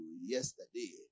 yesterday